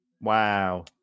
wow